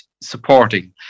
supporting